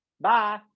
Bye